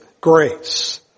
grace